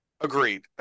Agreed